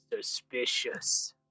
Suspicious